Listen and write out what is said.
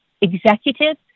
executives